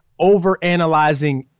overanalyzing